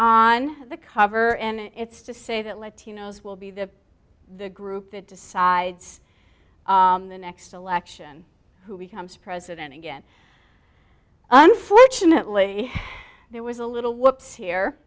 on the cover and it's to say that latinos will be the the group that decides the next election who becomes president again unfortunately there was a little